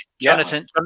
Jonathan